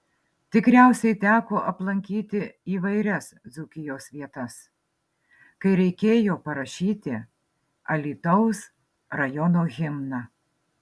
tikriausiai teko aplankyti įvairias dzūkijos vietas kai reikėjo parašyti alytaus rajono himną